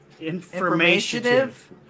informative